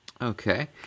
Okay